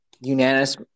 unanimous